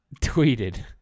tweeted